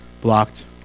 blocked